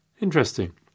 interesting